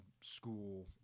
school